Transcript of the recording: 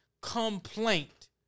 complaint